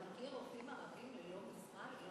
אתה מכיר רופאים ערבים ללא משרה?